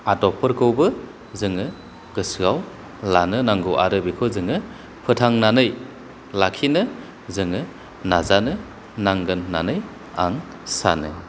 आदबफोरखौबो जोङो गोसोआव लानो नांगौ आरो बेखौ जोङो फोथांनानै लाखिनो जोङो नाजानो नांगोन होननानै आं सानो